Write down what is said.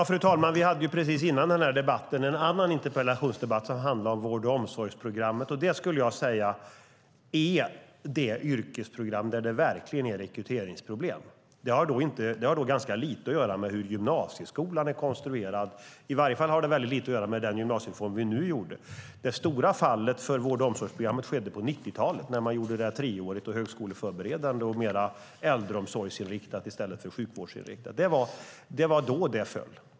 Fru talman! Precis före den här debatten hade vi en annan interpellationsdebatt, som handlade om vård och omsorgsprogrammet. Det är, skulle jag säga, det yrkesprogram där det verkligen är rekryteringsproblem. Det har ganska lite att göra med hur gymnasieskolan är konstruerad. I varje fall har det väldigt lite att göra med den gymnasiereform vi nu gjorde. Det stora fallet för vård och omsorgsprogrammet skedde på 90-talet, när man gjorde det treårigt, högskoleförberedande och mera äldreomsorgsinriktat i stället för sjukvårdsinriktat. Det var då det föll.